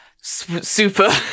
Super